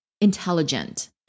intelligent